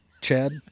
Chad